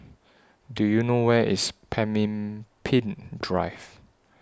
Do YOU know Where IS Pemimpin Drive